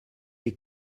les